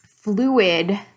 fluid